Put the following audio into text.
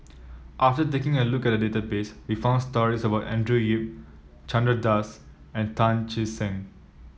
after taking a look at the database we found stories about Andrew Yip Chandra Das and Tan Che Sang